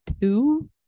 two